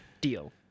deal